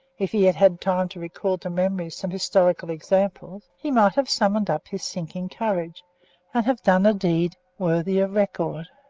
if he had had time to recall to memory some historical examples, he might have summoned up his sinking courage, and have done a deed worthy of record.